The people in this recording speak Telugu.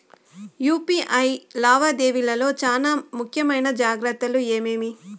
యు.పి.ఐ లావాదేవీల లో చానా ముఖ్యమైన జాగ్రత్తలు ఏమేమి?